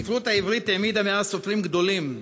הספרות העברית העמידה מאז סופרים גדולים,